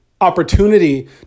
opportunity